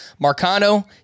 Marcano